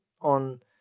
on